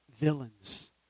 villains